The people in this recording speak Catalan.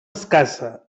escassa